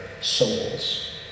souls